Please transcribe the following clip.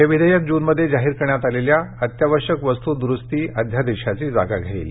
हे विधेयक जूनमध्ये जाहीर करण्यात आलेल्या अत्यावश्यक वस्तू द्रुस्ती अध्यादेशाची जागा घेईल